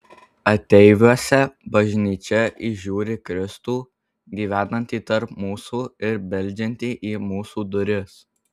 ateiviuose bažnyčia įžiūri kristų gyvenantį tarp mūsų ir beldžiantį į mūsų duris